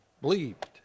believed